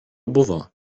buvo